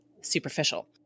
superficial